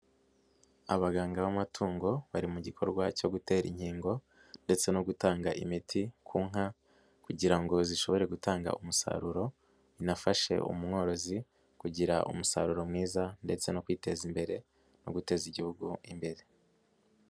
Abaganga b'amatungo bari mu gikorwa cyo gutera inkingo ndetse no gutanga imiti ku nka kugira ngo zishobore gutanga umusaruro, binafashe umworozi kugira umusaruro mwiza ndetse no kwiteza imbere no guteza igihugu imbere.